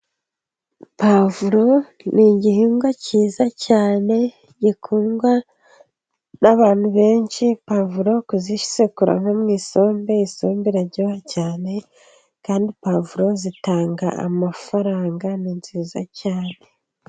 Pavro ni igihingwa cyiza cyane, gikundwa n'abantu benshi, pavro kuzisekura nko mu isombe, isombe iraryoha cyane, kandi pavro zitanga amafaranga, ni nziza cyane.